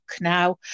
now